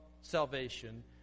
salvation